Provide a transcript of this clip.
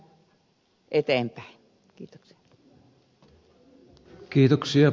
näillä eteenpäin